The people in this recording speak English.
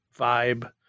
vibe